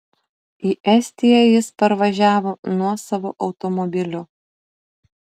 į estiją jis parvažiavo nuosavu automobiliu